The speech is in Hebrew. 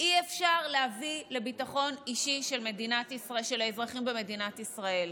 אי-אפשר להביא לביטחון אישי לאזרחים במדינת ישראל.